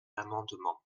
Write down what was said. l’amendement